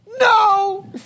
no